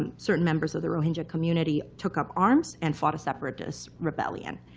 um certain members of the rohingya community took up arms and fought a separatist rebellion,